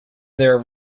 their